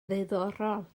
ddiddorol